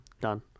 Done